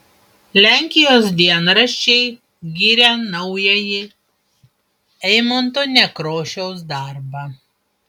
lenkijos dienraščiai giria naująjį eimunto nekrošiaus darbą